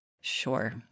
Sure